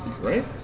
Right